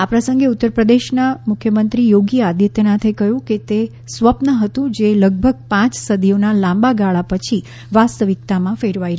આ પ્રસંગે ઉત્તર પ્રદેશના મુખ્ય પ્રધાન યોગી આદિત્યનાથે કહ્યું કે તે સ્વપ્ન હતું જે લગભગ પાંચ સદીઓના લાંબા ગાળા પછી વાસ્તવિકતામાં ફેરવાઈ રહ્યું છે